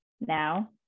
now